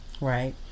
right